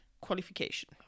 qualification